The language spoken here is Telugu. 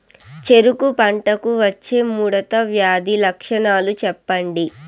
చెరుకు పంటకు వచ్చే ముడత వ్యాధి లక్షణాలు చెప్పండి?